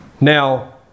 Now